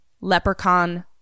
Leprechaun